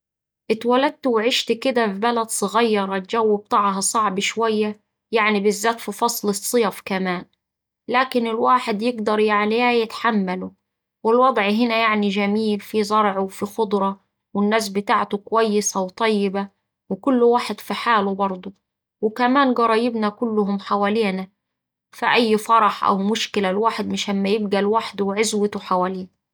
اتولدت وعيشت كدا في بلد صغيرة الجو بتاعها صعب شوية يعني بالذات في فصل الصيف كمان لكن الواحد يقدر يعني ايه يتحمله، والوضع هنا يعني جميل فيه زرع وفيه خضرة والناس بتاعته كويسة وطيبة وكل واحد في حاله برضه وكمان قرايبنا كلهم حوالينا فأي فرح أو مشكلة الواحد مش اما يبقا لوحده وعزوته حواليه.